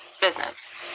business